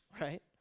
right